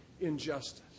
injustice